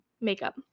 makeup